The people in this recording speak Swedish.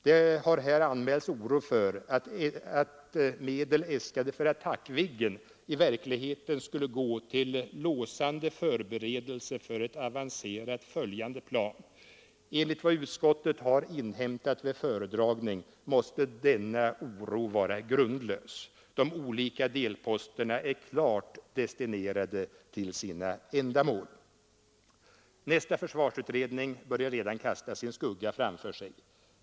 Det har här anmälts oro för att medel, äskade för Attackviggen, i verkligheten skulle gå till låsande förberedelser för ett avancerat följande plan. Enligt vad utskottet har inhämtat vid föredragning måste denna oro vara grundlös. De olika delposterna är klart destinerade till sina ändamål. Nästa försvarsutredning börjar redan kasta sin skugga framför sig.